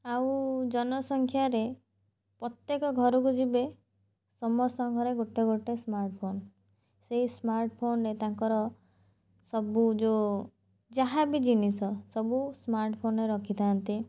ଆଉ ଜନସଂଖ୍ୟାରେ ପ୍ରତ୍ୟେକ ଘରକୁ ଯିବେ ସମସ୍ତଙ୍କ ଘରେ ଗୋଟେ ଗୋଟେ ସ୍ମାର୍ଟଫୋନ ସେହି ସ୍ମାର୍ଟଫୋନରେ ତାଙ୍କର ସବୁ ଯେଉଁ ଯାହା ବି ଜିନିଷ ସବୁ ସ୍ମାର୍ଟଫୋନରେ ରଖିଥାନ୍ତି